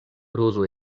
rozo